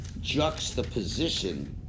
juxtaposition